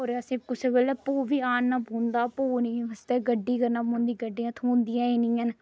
और असें कुसै बेल्ले भोऽ बी आह्नना पौंदा भोऽ आस्तै गड्डी करना पौंदी गड्डियां थ्होंदियां ही नी हैन